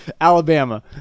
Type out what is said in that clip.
alabama